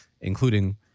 including